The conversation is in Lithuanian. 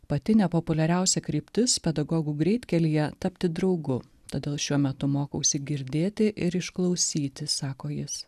pati nepopuliariausia kryptis pedagogų greitkelyje tapti draugu todėl šiuo metu mokausi girdėti ir išklausyti sako jis